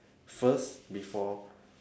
first before